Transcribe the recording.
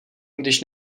když